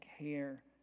care